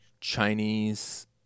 Chinese